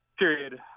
period